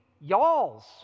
y'alls